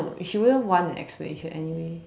she wouldn't want an explanation anyway